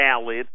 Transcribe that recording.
valid